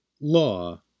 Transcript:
law